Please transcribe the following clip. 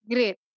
Great